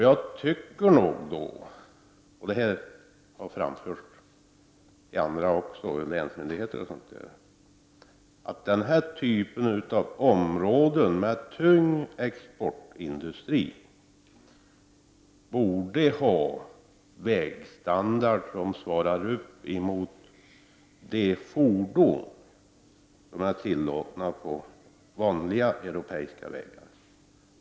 Jag menar — och denna åsikt har även framförts av exempelvis länsmyndigheter — att vägar i områden av den här typen, områden med tung exportindustri, borde ha en standard som svarar mot de fordon som är tillåtna på vanliga europeiska vägar.